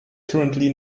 currently